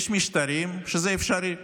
יש משטרים שזה אפשרי בהם,